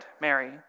Mary